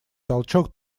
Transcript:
толчок